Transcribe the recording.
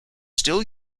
still